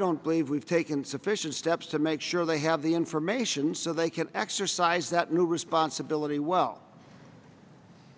don't believe we've taken sufficient steps to make sure they have the information so they can exercise that new responsibility well